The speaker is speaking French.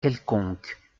quelconque